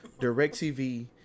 DirecTV